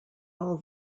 all